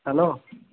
hello